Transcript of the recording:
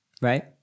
Right